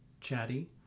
chatty